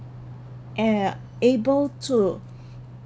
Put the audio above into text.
eh able to